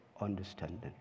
understanding